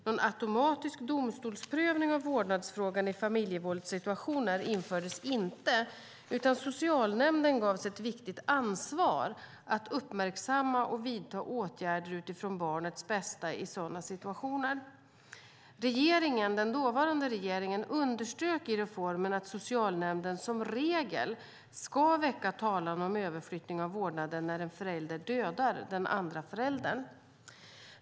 Någon automatisk domstolsprövning av vårdnadsfrågan i familjevåldssituationer infördes inte, utan socialnämnden gavs ett viktigt ansvar att uppmärksamma och vidta åtgärder utifrån barnets bästa i sådana situationer. Den dåvarande regeringen underströk i reformen att socialnämnden som regel ska väcka talan om överflyttning av vårdnaden när en förälder dödar den andra föräldern.